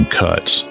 cuts